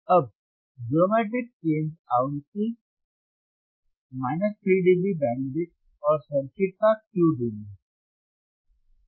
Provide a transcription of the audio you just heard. अब जियोमेट्रिक केंद्र आवृत्ति 3 डीबी बैंडविड्थ और सर्किट का Q ढूंढें